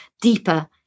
deeper